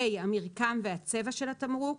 (ה)המרקם והצבע של התמרוק,